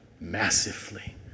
massively